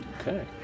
Okay